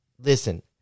Listen